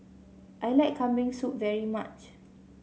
I like Kambing Soup very much